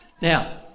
Now